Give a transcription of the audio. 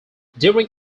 during